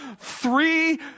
three